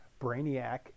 Brainiac